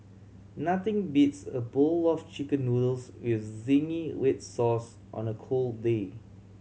nothing beats a bowl of Chicken Noodles with zingy red sauce on a cold day